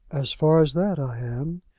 as far as that, i am.